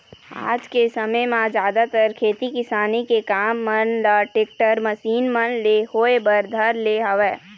आज के समे म जादातर खेती किसानी के काम मन ल टेक्टर, मसीन मन ले होय बर धर ले हवय